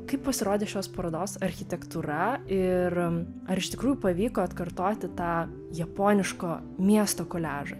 kaip pasirodė šios parodos architektūra ir ar iš tikrųjų pavyko atkartoti tą japoniško miesto koliažą